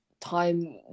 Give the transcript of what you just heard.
time